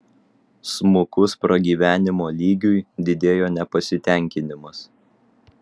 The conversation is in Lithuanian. smukus pragyvenimo lygiui didėjo nepasitenkinimas